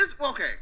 Okay